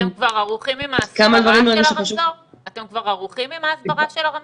אתם כבר ערוכים עם ההסברה של הרמזור?